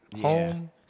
Home